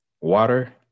Water